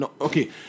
Okay